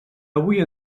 avui